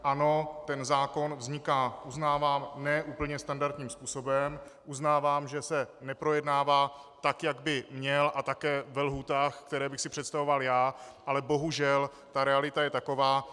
Ano, zákon vzniká, uznávám, ne úplně standardním způsobem, uznávám, že se neprojednává tak, jak by měl, a také ve lhůtách, které bych si představoval já, ale bohužel realita je taková.